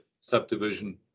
subdivision